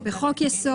באמת אני לא מבין.